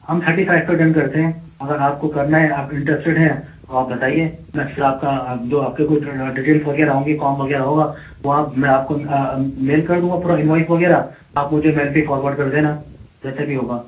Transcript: ہم تھٹی five thousand پہ ڈن کرتے ہیں اگر آپ کو کرنا ہے آپ انٹرسٹڈ ہیں تو آپ بتائیے میں پھر آپ کا جو آپ کا کچھ ڈیٹیلس وغیرہ ہوں گے فام وغیرہ ہوگا تو آپ میں آپ کو میل کر دوں گا پورا انوائس وغیرہ آپ مجھے میل پہ فاروڈ کر دینا جیسے بھی ہوگا